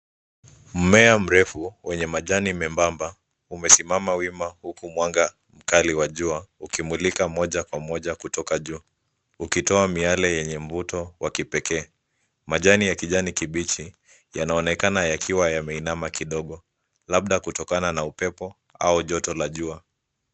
Mmea mrefu wenye majani membamba umesimama wima huku mwanga mkali wa jua ukimlika moja kwa moja kutoka juu ukitoa miale yenye mvuto wa kipekee. Majani ya rangi kibichi yanaonekana yakiwa yameinama kidogo labda kutokana na upepo au joto na jua.